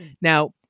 Now